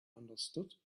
understood